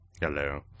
hello